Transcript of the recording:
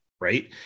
right